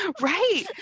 Right